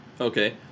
Okay